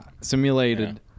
Simulated